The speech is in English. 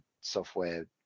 software